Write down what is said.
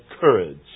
courage